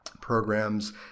programs